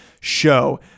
show